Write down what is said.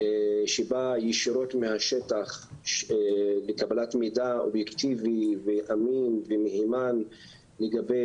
שבא ישירות מהשטח בקבלת מידע אובייקטיבי ואמין ומהימן לגבי